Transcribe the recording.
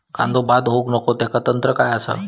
कांदो बाद होऊक नको ह्याका तंत्र काय असा?